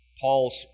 Paul's